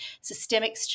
systemic